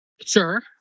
Sure